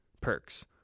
Perks